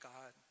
God